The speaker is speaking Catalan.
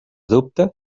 dubte